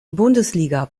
bundesliga